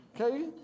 Okay